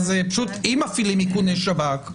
אם מפעילים איכוני שב"כ,